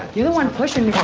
you're the one pushing